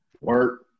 Work